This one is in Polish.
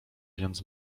więc